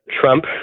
Trump